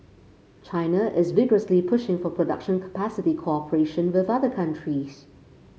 China is vigorously pushing for production capacity cooperation with other countries